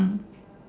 mm